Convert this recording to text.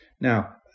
Now